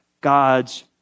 God's